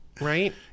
right